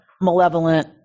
malevolent